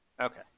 Okay